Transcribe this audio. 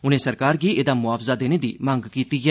उनें सरकार गी एहदा मुआवजा देने दी मंग कीती ऐ